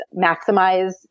maximize